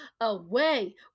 Away